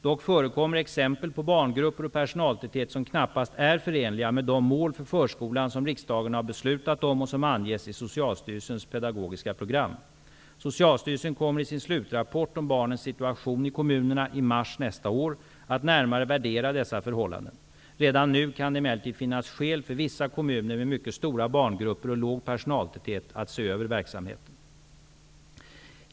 Dock förekommer exempel på barngrupper och personaltäthet som knappast är förenliga med de mål för förskolan som riksdagen har beslutat om och som anges i Socialstyrelsens pedagogiska program. Socialstyrelsen kommer i sin slutrapport om barnens situation i kommunerna i mars nästa år att närmare värdera dessa förhållanden. Redan nu kan det emellertid finnas skäl för vissa kommuner med mycket stora barngrupper och låg personaltäthet att se över verksamheten.